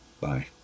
Bye